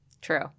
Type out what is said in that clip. True